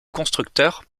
constructeur